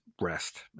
rest